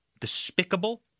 despicable